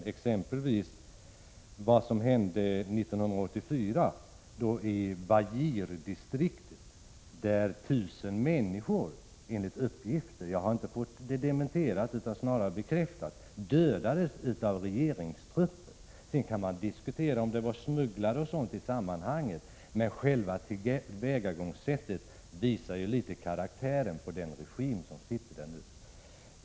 Det är exempelvis vad som hände 1984 i Wajir-provinsen, där enligt uppgift 1 000 människor dödades av regeringstrupper. Jag har inte fått uppgiften dementerad, snarare bekräftad. Sedan kan man diskutera om det gällde t.ex. smugglare, men själva tillvägagångssättet visar regimens karaktär.